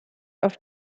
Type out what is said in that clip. auf